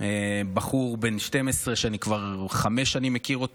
בחור בן 12 שכבר חמש שנים אני מכיר,